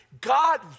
God